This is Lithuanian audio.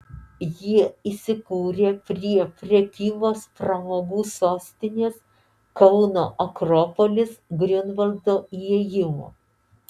jie įsikūrė prie prekybos ir pramogų sostinės kauno akropolis griunvaldo įėjimo